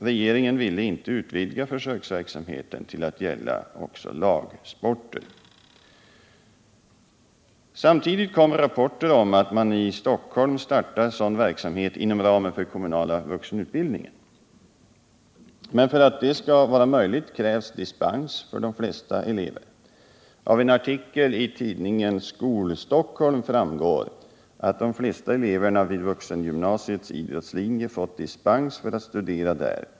Regeringen ville inte utvidga försöksverksamheten till att gälla också lagsporter. Samtidigt kom rapporter om att man i Stockholm startat sådan verksamhet inom ramen för den kommunala vuxenutbildningen. Men för att det skall vara möjligt krävs dispens för de flesta eleverna. Av en artikel i tidningen Skol-Stockholm framgår att de flesta eleverna vid vuxengymnasiets idrottslinje fått dispens för att studera där.